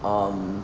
um